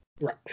Right